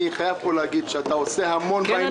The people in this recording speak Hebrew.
אני חייב להגיד פה שאתה עושה המון בעניין,